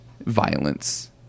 violence